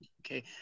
Okay